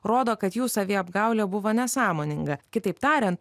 rodo kad jų saviapgaulė buvo nesąmoninga kitaip tariant